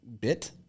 bit